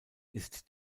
ist